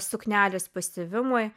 suknelės pasiuvimui